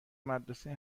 مسابقه